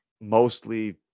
mostly